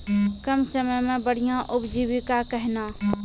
कम समय मे बढ़िया उपजीविका कहना?